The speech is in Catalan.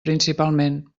principalment